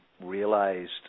realized